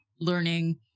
learning